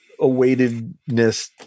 awaitedness